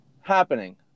happening